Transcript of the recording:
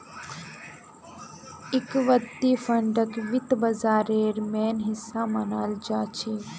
equity फंडक वित्त बाजारेर मेन हिस्सा मनाल जाछेक